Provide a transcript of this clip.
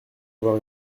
avoir